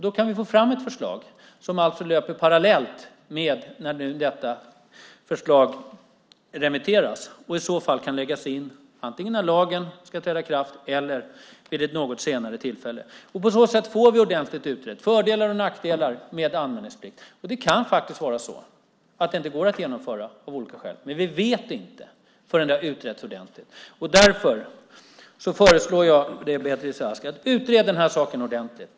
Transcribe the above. Då kan vi få fram ett förslag som löper parallellt med att detta förslag remitteras. I så fall kan det läggas in antingen när lagen ska träda i kraft eller vid ett något senare tillfälle. På så sätt får vi ordentligt utrett fördelar och nackdelar med anmälningsplikt. Det kan faktiskt vara så att det inte går att genomföra av olika skäl. Men vi vet inte förrän det har utretts ordentligt. Därför föreslår jag dig, Beatrice Ask, att utreda den här saken ordentligt.